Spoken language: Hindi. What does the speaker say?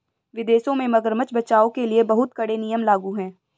विदेशों में मगरमच्छ बचाओ के लिए बहुत कड़े नियम लागू हैं